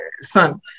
son